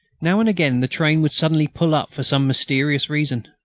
now and again the train would suddenly pull up for some mysterious reason.